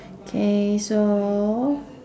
K so